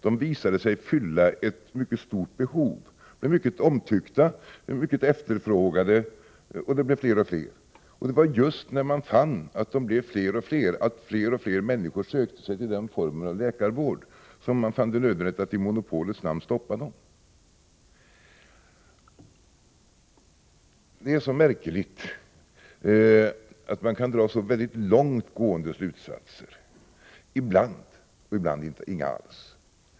De visade sig fylla ett mycket stort behov, de blev mycket omtyckta, de blev mycket efterfrågade och de blev fler och fler. Det var just när man fann att de blev fler och fler — att allt fler människor sökte sig till denna form av läkarvård — som man ansåg det nödvändigt att i monopolets namn stoppa dem. Det är märkeligt att man kan dra så väldigt långt gående slutsatser ibland — och ibland inga alls.